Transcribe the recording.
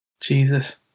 Jesus